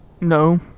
No